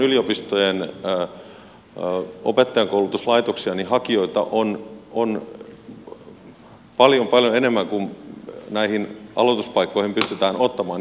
kun ajatellaan yliopistojen opettajankoulutuslaitoksia niin hakijoita on paljon paljon enemmän kuin näihin aloituspaikkoihin pystytään ottamaan